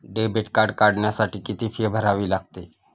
Debit card काढण्यासाठी किती fee भरावी लागते?